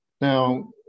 Now